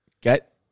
get